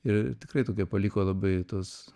ir tikrai tokią paliko labai tuos